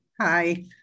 Hi